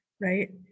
right